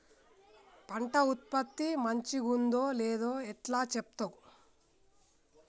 పంట ఉత్పత్తి మంచిగుందో లేదో ఎట్లా చెప్తవ్?